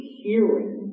hearing